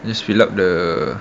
you just fill up the